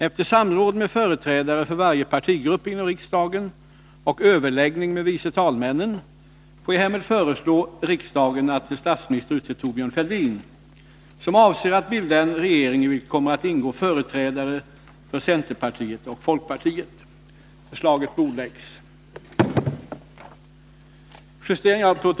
Efter samråd med företrädare för varje partigrupp inom riksdagen och överläggning med vice talmännen får jag härmed föreslå riksdagen att till statsminister utse Thorbjörn Fälldin, som avser att bilda en regering i vilken kommer att ingå företrädare för centerpartiet och folkpartiet.